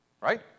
right